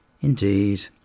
indeed